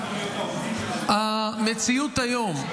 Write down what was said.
המציאות היום,